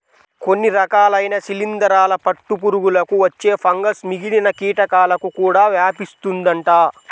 కొన్ని రకాలైన శిలీందరాల పట్టు పురుగులకు వచ్చే ఫంగస్ మిగిలిన కీటకాలకు కూడా వ్యాపిస్తుందంట